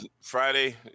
Friday